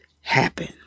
happen